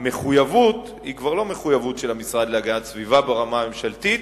המחויבות היא כבר לא מחויבות של המשרד להגנת הסביבה ברמה הממשלתית.